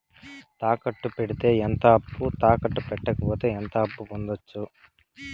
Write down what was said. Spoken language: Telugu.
తాకట్టు పెడితే ఎంత అప్పు, తాకట్టు పెట్టకపోతే ఎంత అప్పు పొందొచ్చు?